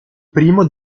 primo